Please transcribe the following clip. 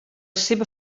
seva